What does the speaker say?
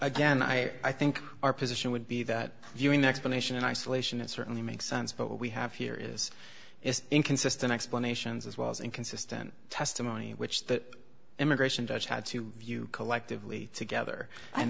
again i i think our position would be that viewing the explanation in isolation it certainly makes sense but what we have here is is inconsistent explanations as well as inconsistent testimony which the immigration judge had to view collectively together and